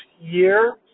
year